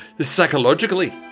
psychologically